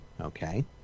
okay